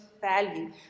value